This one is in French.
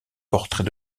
portrait